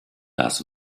das